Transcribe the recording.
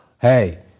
hey